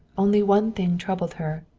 only one thing troubled her.